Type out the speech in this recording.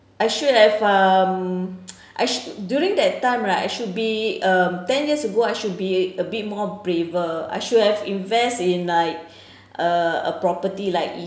I should have um I during that time right I should be um ten years ago I should be a bit more braver I should have invest in like uh a property like